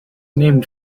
named